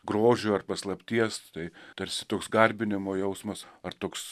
grožio ar paslapties tai tarsi toks garbinimo jausmas ar toks